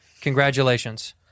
congratulations